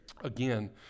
again